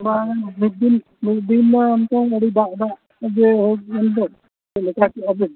ᱵᱟᱝᱼᱟ ᱢᱤᱫ ᱫᱤᱱ ᱢᱤᱫ ᱫᱤᱱ ᱫᱟᱜ ᱫᱟᱜ ᱜᱮ ᱦᱮᱡ ᱮᱱ ᱫᱚ ᱪᱮᱫ ᱞᱮᱠᱟ ᱠᱮᱜᱼᱟ ᱵᱮᱱ